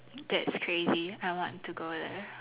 that's crazy I want to go there